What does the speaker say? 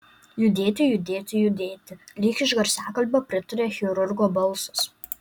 judėti judėti judėti lyg iš garsiakalbio pritaria chirurgo balsas